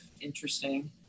interesting